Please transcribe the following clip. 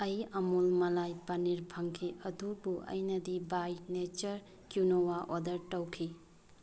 ꯑꯩ ꯑꯃꯨꯜ ꯃꯂꯥꯏ ꯄꯅꯤꯔ ꯐꯪꯈꯤ ꯑꯗꯨꯕꯨ ꯑꯩꯅꯗꯤ ꯕꯥꯏ ꯅꯦꯆꯔ ꯀ꯭ꯋꯤꯅꯣꯋꯥ ꯑꯣꯔꯗꯔ ꯇꯧꯈꯤ